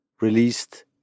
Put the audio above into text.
released